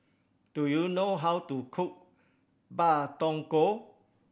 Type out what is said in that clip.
do you know how to cook Pak Thong Ko